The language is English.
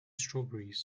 strawberries